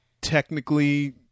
technically